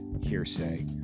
hearsay